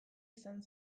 izan